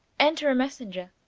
enter a messenger.